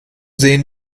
sehen